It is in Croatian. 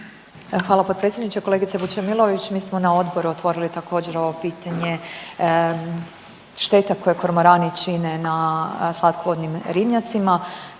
Hvala potpredsjedniče. Kolegice Vučemilović mi smo na odboru otvorili također ovo pitanje šteta koje kormorani čine na slatkovodnim ribnjacima